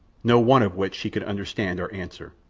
no one of which she could understand or answer.